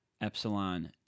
Epsilon